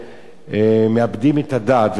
ולכן לפחות המגבלה הזאת,